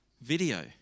video